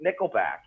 Nickelback